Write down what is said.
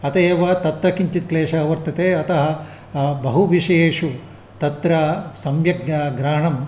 अतः एव तत् किञ्चित् क्लेशः वर्तते अतः बहु विषयेषु तत्र सम्यग् ग ग्रहणम्